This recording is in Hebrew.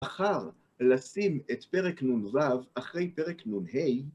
בחר לשים את פרק נ"ו אחרי פרק נ"ה...